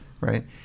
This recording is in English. right